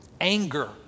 Anger